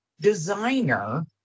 designer